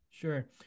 Sure